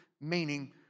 meaning